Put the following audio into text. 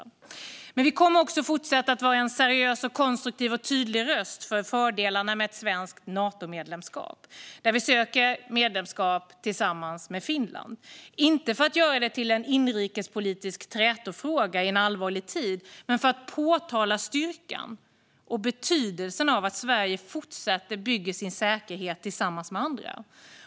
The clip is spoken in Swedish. Men Centerpartiet kommer också att fortsätta att vara en seriös, konstruktiv och tydlig röst för fördelarna med ett svenskt Natomedlemskap, där vi söker medlemskap tillsammans med Finland - inte för att göra det till en inrikespolitisk trätofråga i en allvarlig tid utan för att trycka på styrkan och betydelsen av att Sverige fortsätter att bygga sin säkerhet tillsammans med andra.